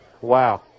Wow